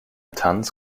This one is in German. tanz